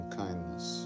kindness